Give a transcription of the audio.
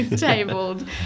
tabled